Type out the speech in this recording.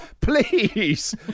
Please